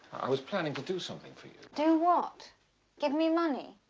i was planning to do something for you. do what give me money?